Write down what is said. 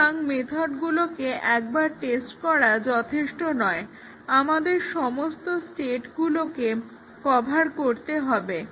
সুতরাং মেথডগুলোকে একবার টেস্ট করা যথেষ্ট নয় আমাদের সমস্ত স্টেটগুলোকে কভার করতে হবে